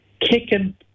kicking